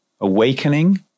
awakening